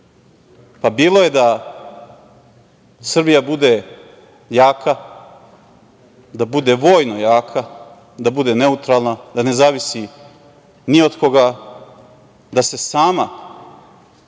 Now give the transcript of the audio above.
Bilo je da Srbija bude jaka, da bude vojno jaka, da bude neutralna, da ne zavisi ni od koga, da se sama